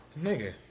Nigga